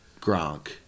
Gronk